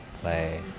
play